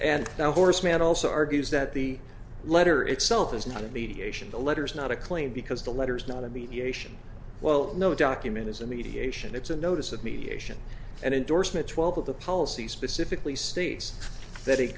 man also argues that the letter itself is not a mediation the letter is not a claim because the letter is not a mediation well no document is a mediation it's a notice of mediation and indorsement twelve of the policy specifically states that